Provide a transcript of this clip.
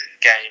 game